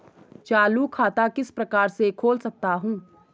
चालू खाता किस प्रकार से खोल सकता हूँ?